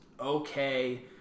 okay